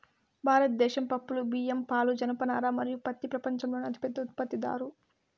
భారతదేశం పప్పులు, బియ్యం, పాలు, జనపనార మరియు పత్తి ప్రపంచంలోనే అతిపెద్ద ఉత్పత్తిదారు